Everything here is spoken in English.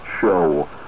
show